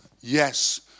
yes